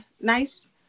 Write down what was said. nice